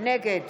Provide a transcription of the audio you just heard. נגד